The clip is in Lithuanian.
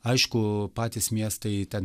aišku patys miestai ten